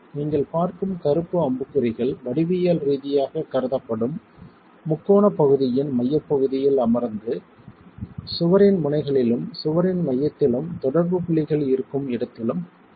நீங்கள் பார்க்கும் கருப்பு அம்புக்குறிகள் வடிவியல் ரீதியாகக் கருதப்படும் முக்கோணப் பகுதியின் மையப்பகுதியில் அமர்ந்து சுவரின் முனைகளிலும் சுவரின் மையத்திலும் தொடர்புப் புள்ளிகள் இருக்கும் இடத்திலும் இருக்கும்